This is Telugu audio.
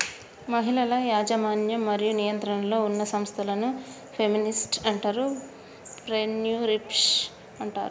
మహిళల యాజమాన్యం మరియు నియంత్రణలో ఉన్న సంస్థలను ఫెమినిస్ట్ ఎంటర్ ప్రెన్యూర్షిప్ అంటారు